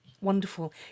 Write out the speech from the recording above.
Wonderful